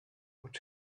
would